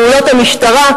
את פעולות המשטרה,